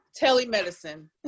telemedicine